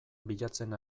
bilatzen